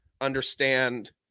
understand